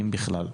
אם בכלל.